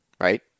right